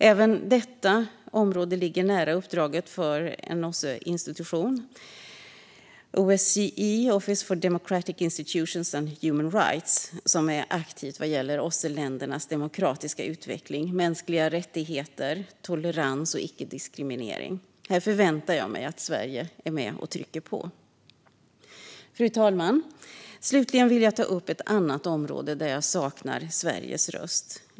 Även detta område ligger nära uppdraget för en OSSE-institution, OSCE Office for Democratic Institutions and Human Rights, som är aktivt vad gäller OSSE-ländernas demokratiska utveckling, mänskliga rättigheter, tolerans och icke-diskriminering. Här förväntar jag mig att Sverige är med och trycker på. Fru talman! Slutligen vill jag ta upp ett annat område där jag saknar Sveriges röst.